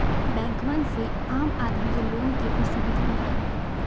बैंकवन से आम आदमी के लोन के भी सुविधा मिला हई